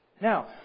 Now